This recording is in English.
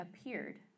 appeared